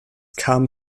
kam